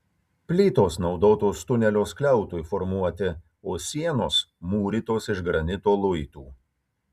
plytos naudotos tunelio skliautui formuoti o sienos mūrytos iš granito luitų